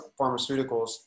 pharmaceuticals